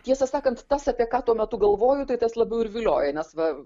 tiesą sakant tas apie ką tuo metu galvoju tai tas labiau ir vilioja nes va